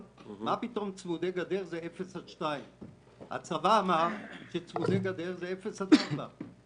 פתאום בדצמבר מתעוררים למציאות של פחות ארבעה מיליון שקל.